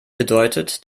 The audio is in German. bedeutet